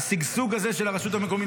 השגשוג הזה של הרשות המקומית,